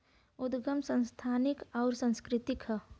उदगम संस्थानिक अउर सांस्कृतिक हौ